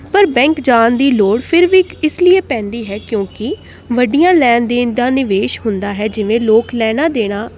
ਪਰ ਬੈਂਕ ਜਾਣ ਦੀ ਲੋੜ ਫਿਰ ਵੀ ਇੱਕ ਇਸ ਲਈ ਪੈਂਦੀ ਹੈ ਕਿਉਂਕਿ ਵੱਡੀਆਂ ਲੈਣ ਦੇਣ ਦਾ ਨਿਵੇਸ਼ ਹੁੰਦਾ ਹੈ ਜਿਵੇਂ ਲੋਕ ਲੈਣਾ ਦੇਣਾ